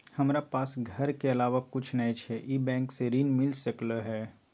हमरा पास घर के अलावा कुछ नय छै ई बैंक स ऋण मिल सकलउ हैं?